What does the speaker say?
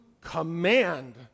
command